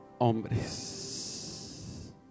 hombres